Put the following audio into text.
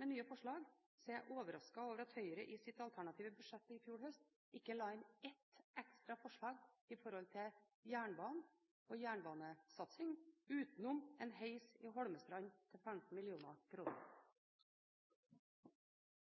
med nye forslag, er jeg overrasket over at Høyre i sitt alternative budsjett i fjor høst ikke la inn ekstra forslag vedrørende jernbanen og jernbanesatsing utenom en heis i Holmestrand til 15 mill. kr.